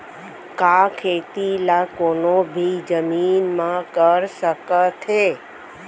का खेती ला कोनो भी जमीन म कर सकथे?